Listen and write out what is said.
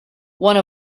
one